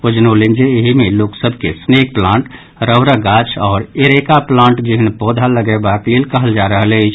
ओ जनौलनि जे एहि मे लोक सभ के स्नेक प्लांट रबरक गाछ आओर एरेका प्लांट जेहेन पौधा लगयबाक लेल कहल जा रहल अछि